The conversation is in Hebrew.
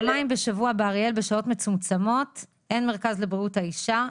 פעמיים בשבוע בשעות מצומצמות אין מרכז לבריאות האישה,